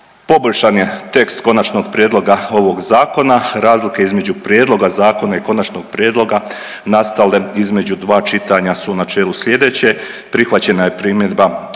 Poboljšan je tekst konačnog prijedloga ovog Zakona. Razlika između prijedloga zakona i konačnog prijedloga nastale između dva čitanja su u načelu sljedeće, prihvaćena je primjedba